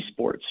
esports